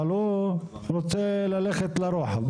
אבל הוא רוצה ללכת לרוחב.